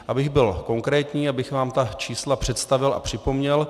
Abych byl konkrétní, abych vám ta čísla představil a připomněl.